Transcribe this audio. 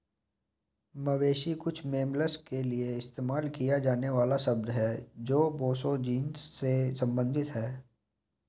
मवेशी कुछ मैमल्स के लिए इस्तेमाल किया जाने वाला शब्द है जो बोसो जीनस से संबंधित हैं